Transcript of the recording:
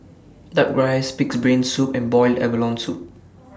Duck Rice Pig'S Brain Soup and boiled abalone Soup